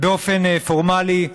באופן פורמלי.